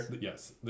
Yes